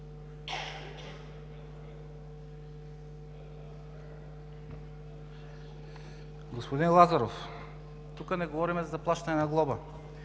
Господин Лазаров, тук не говорим за плащане на глоба.